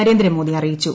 നരേന്ദ്രമോദിഅറിയിച്ചു